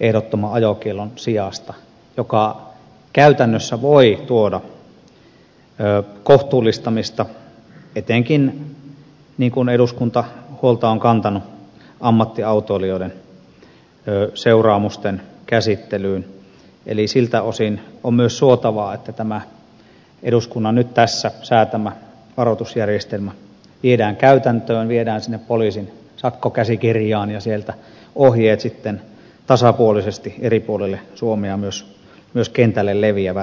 ehdottoman ajokiellon sijasta joka käytännössä voi tuoda kohtuullistamista etenkin mistä eduskunta huolta on kantanut ammattiautoilijoiden seuraamusten käsittelyyn eli siltä osin on myös suotavaa että tämä eduskunnan nyt tässä säätämä varoitusjärjestelmä viedään käytäntöön viedään sinne poliisin sakkokäsikirjaan ja sieltä ohjeet sitten tasapuolisesti eri puolille suomea myös kentälle leviävät